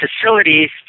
facilities